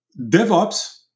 DevOps